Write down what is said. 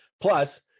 Plus